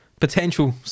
potential